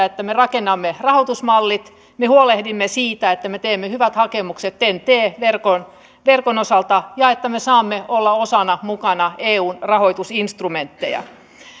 että me rakennamme rahoitusmallit me huolehdimme siitä että me teemme hyvät hakemukset ten ten t verkon verkon osalta ja että me saamme olla mukana osana eun rahoitusinstrumentteja